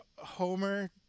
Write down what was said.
Homer